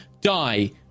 die